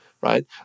right